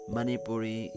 Manipuri